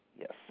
Yes